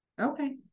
okay